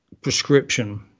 prescription